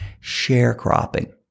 sharecropping